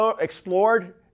explored